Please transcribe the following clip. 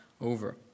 over